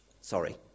sorry